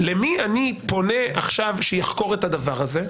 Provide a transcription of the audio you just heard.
למי אני פונה עכשיו שיחקור את הדבר הזה?